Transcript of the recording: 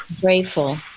Grateful